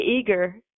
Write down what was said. eager